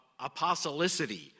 apostolicity